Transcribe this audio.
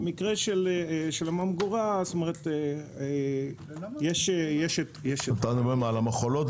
במקרה של הממגורה- -- אתה מדבר על המכולות.